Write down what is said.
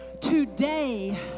today